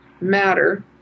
matter